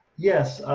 yes.